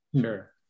Sure